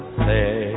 say